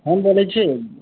हम बोलै छी